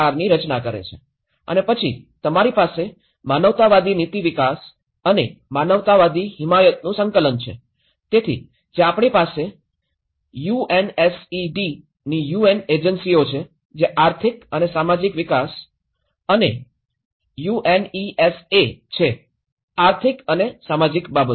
ની રચના કરે છે અને પછી તમારી પાસે માનવતાવાદી નીતિ વિકાસ અને માનવતાવાદી હિમાયતનું સંકલન છે તેથી જે આપણી પાસે યુએનએસઇડી ની યુએન એજન્સીઓ છે જે આર્થિક અને સામાજિક વિકાસ અને યુએનઈએસએ છે આર્થિક અને સામાજિક બાબતો